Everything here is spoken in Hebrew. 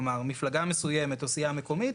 כלומר מפלגה מסוימת או סיעה מקומית,